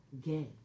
gay